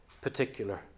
particular